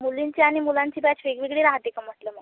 मुलींची आणि मुलांची बॅच वेगवेगळी राहते का म्हटलं मॅम